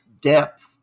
depth